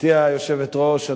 גברתי היושבת-ראש,